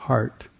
heart